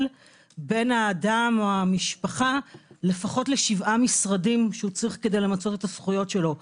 בין האדם או המשפחה לפחות לשבעה משרדים שצריך כדי למצות את זכויותיו.